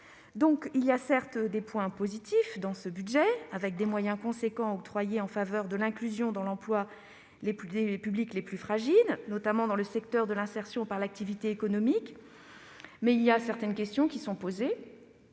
Il y a, certes, des aspects positifs dans ce budget, comme les moyens conséquents prévus en faveur de l'inclusion dans l'emploi des publics les plus fragiles, notamment dans le secteur de l'insertion par l'activité économique. Mais certaines questions se posent,